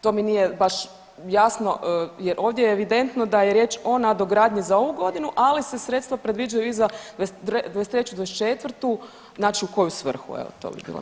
To mi nije baš jasno jer ovdje je evidentno da je riječ o nadogradnji za ovu godinu, ali se sredstva predviđaju i za '23., '24., znači u koji svrhu, evo to bila pitanja.